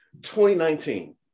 2019